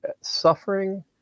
Suffering